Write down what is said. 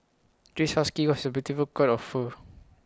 this husky was A beautiful coat of fur